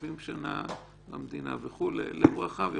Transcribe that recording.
70 שנה וכו', לב רחב.